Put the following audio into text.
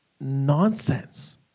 nonsense